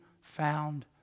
found